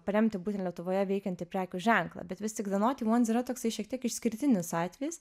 paremti būtent lietuvoje veikiantį prekių ženklą bet vis tik de noti uans yra toksai šiek tiek išskirtinis atvejis